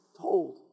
told